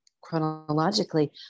chronologically